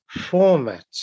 format